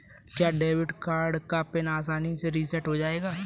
क्या debit card का pin आसानी से रीसेट हो जाएगा?